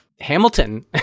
Hamilton